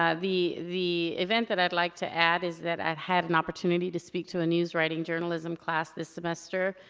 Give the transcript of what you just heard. ah the the event that i'd like to add is that i had an opportunity to speak to a news writing journalism class this semester,